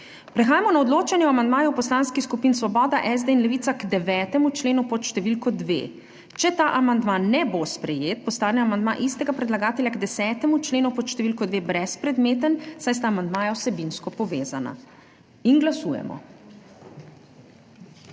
Prehajamo na odločanje o amandmaju poslanskih skupin Svoboda, SD in Levica k 9. členu pod številko 2. Če ta amandma ne bo sprejet, postane amandma istega predlagatelja k 10. členu pod številko 2 brezpredmeten, saj sta amandmaja vsebinsko povezana. Glasujemo.